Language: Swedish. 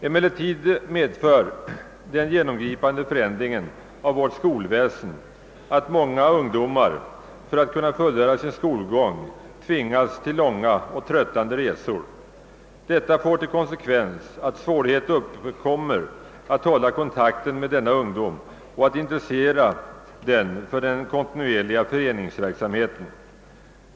Emellertid medför den genomgripande förändringen av vårt skolväsen att många ungdomar för att kunna fullgöra sin skolgång tvingas till långa och tröttande resor. Detta får till konsekvens att svårighet uppkommer att hålla kontakten med denna ungdom och att intressera den för den kontinuerliga föreningsverksamheten.